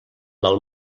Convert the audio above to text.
del